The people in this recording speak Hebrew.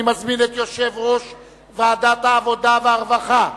אני מזמין את יושב-ראש ועדת העבודה והרווחה,